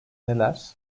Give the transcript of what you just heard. neler